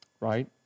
right